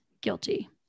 guilty